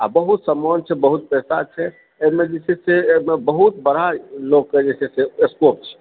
आ बहुत सम्मान छै आ बहुत पैसा छै एहिमे जे छै से एहिमे बहुत बड़ा लोकके जे छै से स्कोप छै